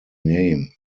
name